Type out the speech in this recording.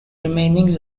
remaining